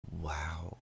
wow